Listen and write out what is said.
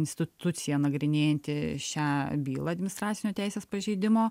institucija nagrinėjanti šią bylą administracinio teisės pažeidimo